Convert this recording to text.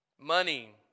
Money